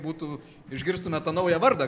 būtų išgirstume tą naują vardą